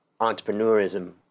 entrepreneurism